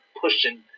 pushing